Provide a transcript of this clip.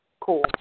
Cool